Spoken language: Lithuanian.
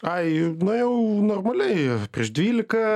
ai nuėjau normaliai prieš dvylika